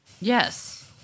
yes